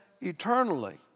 eternally